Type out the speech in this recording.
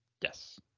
Yes